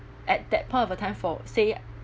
at that point of time for say